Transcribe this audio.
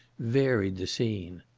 varied the scene.